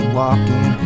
walking